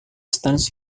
stands